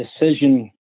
decision